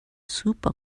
super